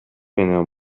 менен